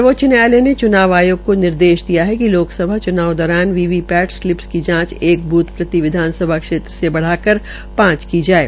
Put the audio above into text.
सर्वोच्च न्यायालय ने च्नाव आयोग को निर्देश दिया है कि लोकसभा च्नाव दौरान वीवीपैट सलिप की जांच एक ब्रथ प्रति विधानसभा क्षेत्र से बधाकर पांच किया जाये